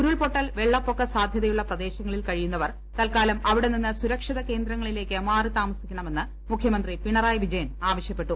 ഉരുൾപൊട്ടൽ വെള്ളപ്പൊക്ക് സാധ്യതയുള്ള പ്രദേശങ്ങളിൽ കഴിയുന്നവർ തല്ക്കാലം അപ്പിടെനിന്ന് സുരക്ഷിത കേന്ദ്രങ്ങളി ലേക്ക് മാറിത്താമസിക്കുണ്ട്മെന്ന് മുഖ്യമന്ത്രി പിണറായി വിജയൻ ആവശ്യപ്പെട്ടു